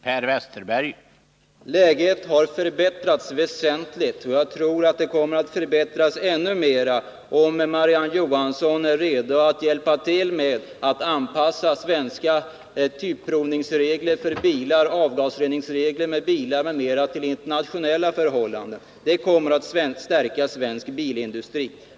Herr talman! Läget har förbättrats väsentligt, och jag tror att det kommer Torsdagen den att förbättras ännu mera, om Marie-Ann Johansson är redo att hjälpa till med 22 november 1979 att anpassa svenska typprovningsregler för bilar, svenska avgasreningsregler för bilar m.m. till internationella förhållanden. Det kommer att stärka svensk bilindustri.